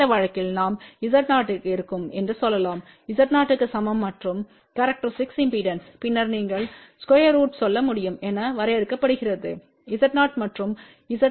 அந்த வழக்கில் நாம் Z0eஇருக்கும் என்றுசொல்லலாம் Z0oக்கு சமம்மற்றும் கேரக்டரிஸ்டிக் இம்பெடன்ஸ் பின்னர் நீங்கள் ஸ்கொயர் ரூட் சொல்ல முடியும் என வரையறுக்கப்படுகிறது Z0eமற்றும் Z0o